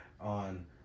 on